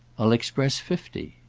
i'll express fifty.